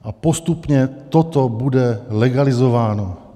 A postupně toto bude legalizováno.